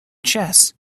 chess